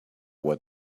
what